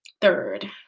Third